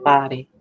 Body